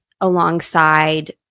alongside